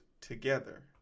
together